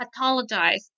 pathologized